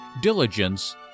diligence